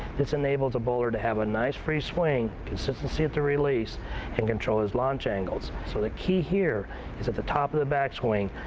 this enables a bowler to have a nice, free swing, consistency at the release and control his launch angles. so, the key here is at the top of the back swing,